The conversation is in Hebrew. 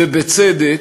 ובצדק,